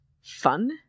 fun